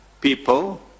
people